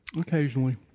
Occasionally